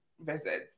visits